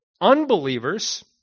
Unbelievers